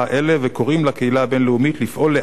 וקוראים לקהילה הבין-לאומית לפעול לאלתר